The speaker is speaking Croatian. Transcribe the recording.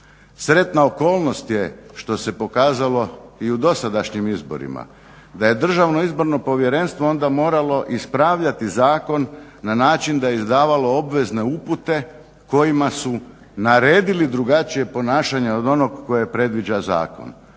Sretna okolnost je što se pokazalo i u dosadašnjim izborima da je DIP onda moralo ispravljati zakon na način da je izdavalo obvezne upute kojima su naredili drugačije ponašanje od onoga koje predviđa zakon.